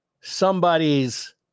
somebody's